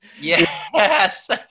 yes